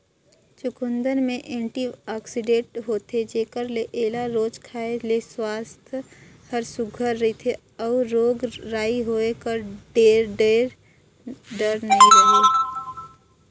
चुकंदर में एंटीआक्सीडेंट होथे जेकर ले एला रोज खाए ले सुवास्थ हर सुग्घर रहथे अउ रोग राई होए कर ढेर डर नी रहें